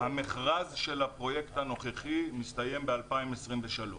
המכרז של הפרויקט הנוכחי מסתיים ב-2023.